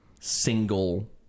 single